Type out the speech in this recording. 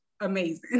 amazing